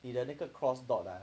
你的那个 cross dot ah